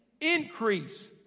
increase